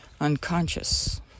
unconscious